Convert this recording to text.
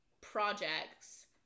projects